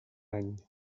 any